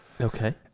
Okay